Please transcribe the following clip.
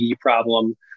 problem